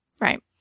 right